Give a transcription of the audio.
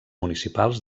municipals